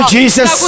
Jesus